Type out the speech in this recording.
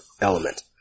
element